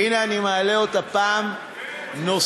והנה אני מעלה אותה פעם נוספת.